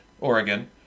Oregon